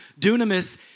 dunamis